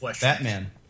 Batman